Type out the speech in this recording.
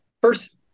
first